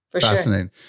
fascinating